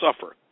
suffer